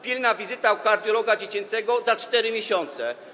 Pilna wizyta u kardiologa dziecięcego - za 4 miesiące.